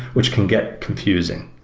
which can get confusing.